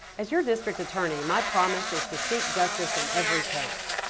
as your district attorney, my promise is to seek justice in every case.